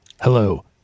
Hello